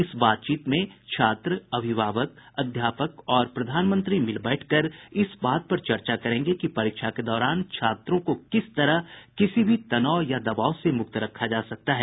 इस बातचीत में छात्र अभिभावक अध्यापक और प्रधानमंत्री मिल बैठकर इस बात पर चर्चा करेंगे कि परीक्षा के दौरान छात्रों को किस तरह किसी भी तनाव या दबाव से मुक्त रखा जा सकता है